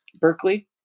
berkeley